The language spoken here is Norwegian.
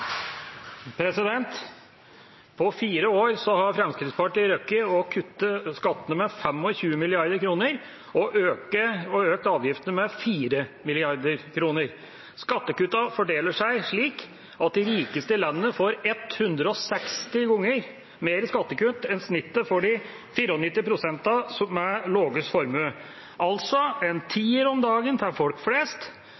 På fire år har Fremskrittspartiet rukket å kutte skattene med 25 mrd. kr og å øke avgiftene med 4 mrd. kr. Skattekuttene fordeler seg slik at de rikeste i landet får 160 ganger mer i skattekutt enn snittet for de 94 pst. med lavest formue, altså en